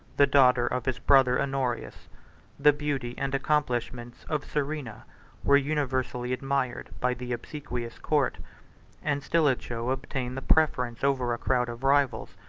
the daughter of his brother honorius the beauty and accomplishments of serena were universally admired by the obsequious court and stilicho obtained the preference over a crowd of rivals,